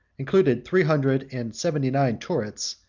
included three hundred and seventy-nine turrets,